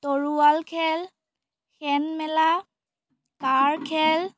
তৰোৱাল খেল সেন মেলা কাৰ খেল